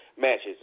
matches